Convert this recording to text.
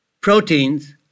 Proteins